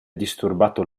disturbato